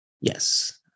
Yes